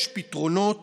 יש פתרונות